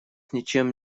ничем